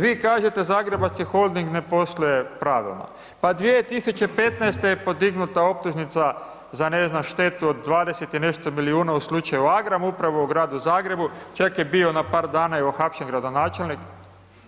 Vi kažete Zagrebački holding ne posluje pravilno, pa 2015. je podignuta optužnica, za ne znam štetu od 20 i nešto milijuna za slučaj Agram upravo u Gradu Zagrebu, čak je bio na par dana uhapšen gradonačelnik,